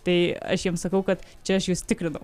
tai aš jiems sakau kad čia aš jus tikrinau